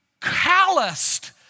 calloused